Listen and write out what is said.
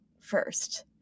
first